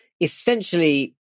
essentially